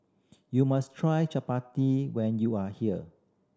you must try chappati when you are here